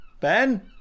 Ben